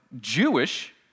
Jewish